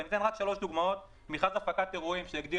ואתן שלוש דוגמאות: מכרז הפקת אירועים שהגדיל